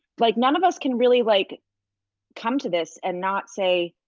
like none of us can really like come to this and not say,